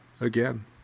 again